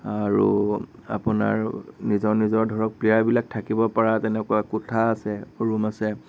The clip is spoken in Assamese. আৰু আপোনাৰ নিজ নিজৰ ধৰক প্লেয়াৰবিলাক থাকিব পৰা তেনেকুৱা কোঠা আছে ৰুম আছে